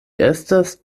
estas